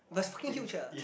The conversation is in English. but it's fucking huge ah